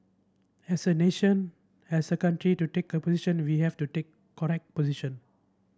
as a nation as a country to take a position we have to take correct position